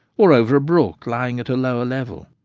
or over a brook lying at a lower level.